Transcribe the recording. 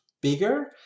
bigger